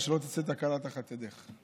ושלא תצא תקלה תחת ידך,